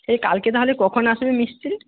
এই কালকে তাহলে কখন আসবে মিস্ত্রি